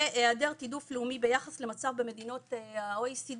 והיעדר תיעדוף לאומי ביחס למצב במדינות ה-OECD,